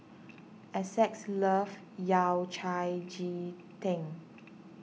Essex loves Yao Cai Ji Tang